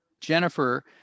Jennifer